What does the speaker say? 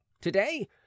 today